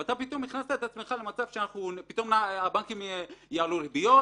הכנסת את עצמך למצב שפתאום הבנקים יעלו ריביות,